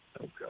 Okay